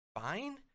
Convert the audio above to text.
fine